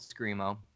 screamo